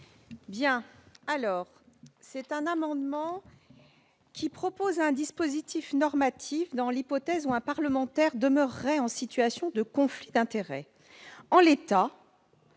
Mme Sylvie Robert. L'amendement tend à prévoir un dispositif normatif dans l'hypothèse où un parlementaire demeurerait en situation de conflit d'intérêts. En l'état,